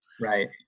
right